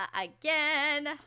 again